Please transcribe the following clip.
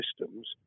systems